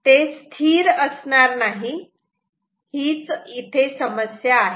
ते स्थिर असणार नाही हीच समस्या आहे